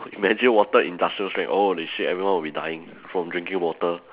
imagine water industrial strength holy shit everyone will be dying from drinking water